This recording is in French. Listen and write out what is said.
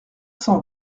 cent